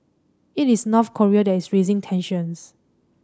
it is North Korea that is raising tensions